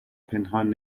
پنهان